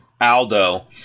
Aldo